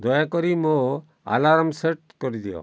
ଦୟାକରି ମୋ alarm set କରିଦିଅ